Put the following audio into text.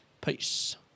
Peace